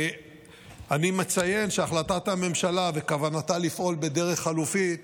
אני מציין שהחלטת הממשלה וכוונתה לפעול בדרך חלופית